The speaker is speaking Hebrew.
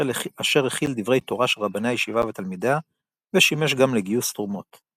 אשר הכיל דברי תורה של רבני הישיבה ותלמידיה ושימש גם לגיוס תרומות.